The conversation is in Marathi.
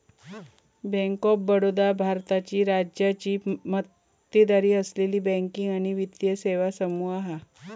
बँक ऑफ बडोदा भारताची राज्याची मक्तेदारी असलेली बँकिंग आणि वित्तीय सेवा समूह हा